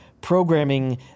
programming